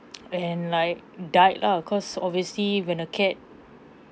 and like died lah cause obviously when a cat